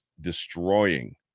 destroying